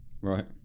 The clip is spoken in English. Right